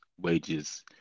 wages